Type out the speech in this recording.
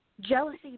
jealousy